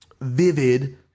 vivid